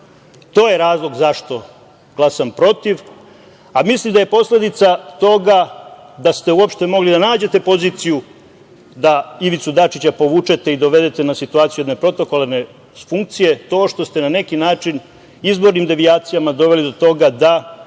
je razlog zašto glasam protiv, a mislim da je posledica toga da ste uopšte mogli da nađete poziciju da Ivicu Dačića povučete i dovedete na situaciju jedne protokolarne funkcije to što ste na neki način izbornim devijacijama doveli do toga da